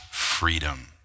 freedom